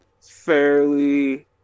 fairly